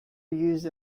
used